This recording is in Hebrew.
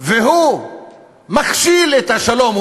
והוא מכשיל את השלום,